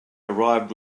arrived